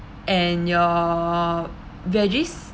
and your veggies